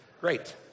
great